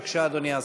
בבקשה, אדוני השר.